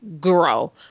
grow